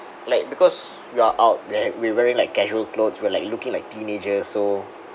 like because we are out there we were wearing like casual clothes we're like looking like teenagers so